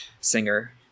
singer